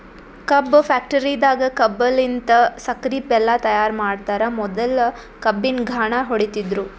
ಕಬ್ಬ್ ಫ್ಯಾಕ್ಟರಿದಾಗ್ ಕಬ್ಬಲಿನ್ತ್ ಸಕ್ಕರಿ ಬೆಲ್ಲಾ ತೈಯಾರ್ ಮಾಡ್ತರ್ ಮೊದ್ಲ ಕಬ್ಬಿನ್ ಘಾಣ ಹೊಡಿತಿದ್ರು